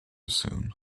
soon